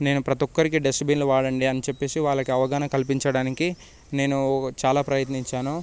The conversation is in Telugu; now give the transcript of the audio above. నేను ప్రతి ఒక్కరికి డస్ట్బిన్లు వాడండి అని చెప్పేసి వాళ్ళకి అవగాహన కల్పించడానికి నేను చాలా ప్రయత్నించాను